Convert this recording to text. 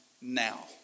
now